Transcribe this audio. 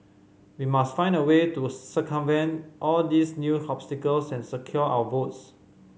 we must find a way to circumvent all these new obstacles and secure our votes